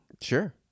Sure